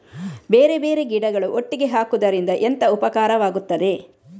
ಬೇರೆ ಬೇರೆ ಗಿಡಗಳು ಒಟ್ಟಿಗೆ ಹಾಕುದರಿಂದ ಎಂತ ಉಪಕಾರವಾಗುತ್ತದೆ?